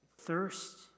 Thirst